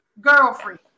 girlfriend